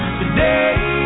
today